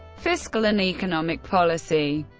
fiscal and economic policy